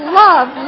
love